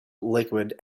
liquid